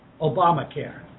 Obamacare